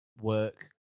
work